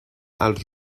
els